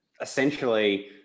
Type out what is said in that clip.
essentially